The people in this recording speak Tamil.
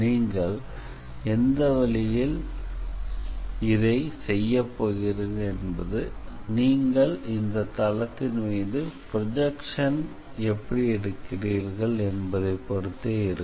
நீங்கள் எந்த வழியில் இதை செய்ய போகிறீர்கள் என்பது நீங்கள் எந்த தளத்தின் மீது ப்ரொஜெக்ஷன் எடுக்கிறீர்கள் என்பதைப் பொறுத்தே இருக்கும்